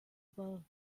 aber